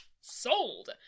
sold